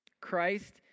Christ